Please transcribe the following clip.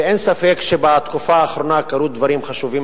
ואין ספק שבתקופה האחרונה קרו דברים חשובים